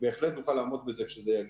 בהחלט נוכל לעמוד בזה כשזה יגיע.